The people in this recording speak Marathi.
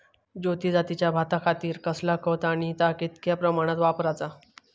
ज्योती जातीच्या भाताखातीर कसला खत आणि ता कितक्या प्रमाणात वापराचा?